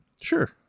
Sure